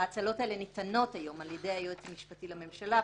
ההאצלות האלה ניתנות היום על ידי היועץ המשפטי לממשלה,